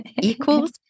equals